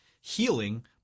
healing